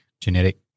genetic